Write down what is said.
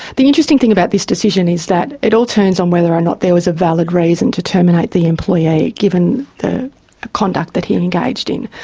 the interesting thing about this decision is that it all turns on whether or not there was a valid reason to terminate the employee given the conduct that he engaged in.